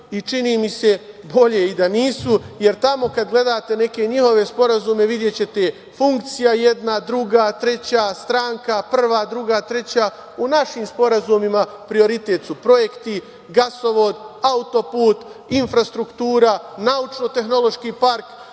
i čini mi se bolje i da nisu jer tamo kada gledate neke njihove sporazume videćete funkcija jedna, druga, treća, stranka prva, druga, treća. U našim sporazumima prioritet su projekti, gasovod, autoput, infrastruktura, naučno-tehnološki park,